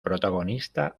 protagonista